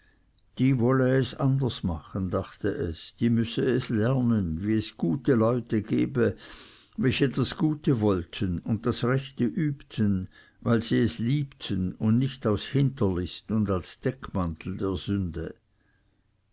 die wolle es anders machen dachte es die müsse es lernen wie es gute leute gebe welche das gute wollten und das rechte übten weil sie es liebten und nicht aus hinterlist und als deckmantel der sünde